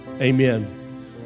Amen